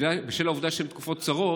בשל העובדה שהן תקופות קצרות,